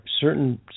Certain